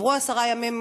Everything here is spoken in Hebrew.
עברו עשרה ימים,